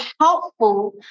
helpful